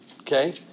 Okay